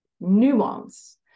nuance